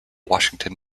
washington